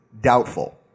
Doubtful